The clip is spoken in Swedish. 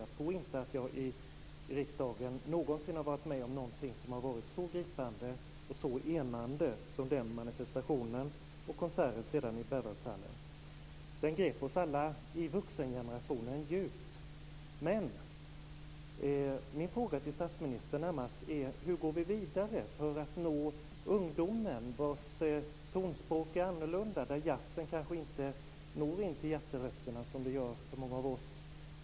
Jag tror inte att jag i riksdagen någonsin har varit med om någonting som har varit så gripande och så enande som denna manifestation och konserten sedan i Berwaldhallen. Den grep oss alla i vuxengenerationen djupt. Min fråga till statsministern är närmast: Hur går vi vidare för att nå ungdomen, vars tonspråk är annorlunda, där jazzen kanske inte når hjärterötterna, som den gör hos många av oss?